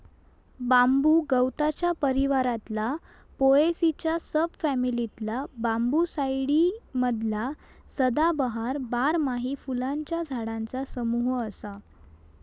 बांबू गवताच्या परिवारातला पोएसीच्या सब फॅमिलीतला बांबूसाईडी मधला सदाबहार, बारमाही फुलांच्या झाडांचा समूह असा